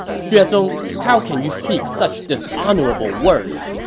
xue zong, how can you speak such dishonorable words!